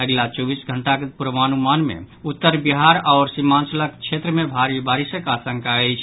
अगिला चौबीस घंटाक पूर्वानुमान मे उत्तर बिहार आओर सीमांचलक क्षेत्र मे भारी बारिशक आशंका अछि